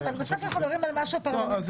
אבל בסוף אנחנו מדברים על משהו פרלמנטרי,